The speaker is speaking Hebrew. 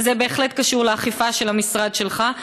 וזה בהחלט קשור לאכיפה של המשרד שלך,